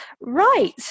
right